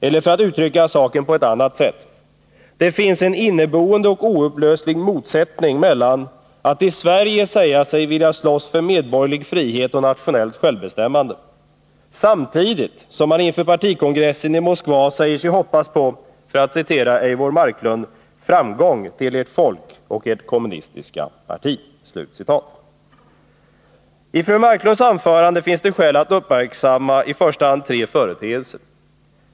Eller för att uttrycka saken på ett annat sätt: Det finns en inneboende och oupplöslig motsättning mellan att i Sverige säga sig vilja slåss för medborgerlig frihet och nationellt självbestämmande och att samtidigt inför partikongressen i Moskva säga sig hoppas på, för att citera Eivor Marklund, ”framgång till Ert folk och Ert kommunistiska parti”. I fru Marklunds anförande finns det skäl att uppmärksamma i första hand tre företeelser.